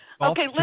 Okay